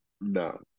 no